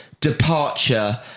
departure